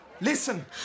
Listen